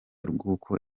rw’uko